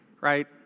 Right